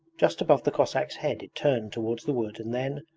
just above the cossack's head it turned towards the wood and then,